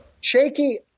Shaky –